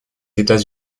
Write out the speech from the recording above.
états